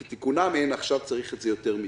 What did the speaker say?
כתיקונם אין אבל עכשיו צריך את זה יותר מתמיד.